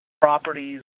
properties